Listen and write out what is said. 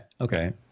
Okay